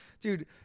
dude